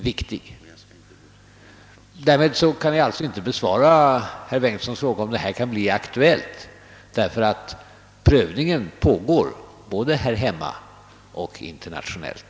Jag kan sålunda inte besvara herr Bengtsons fråga huruvida den åtgärd som nu är i fråga kan bli aktuell, ty prövningen pågår både här hemma och internationellt.